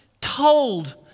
told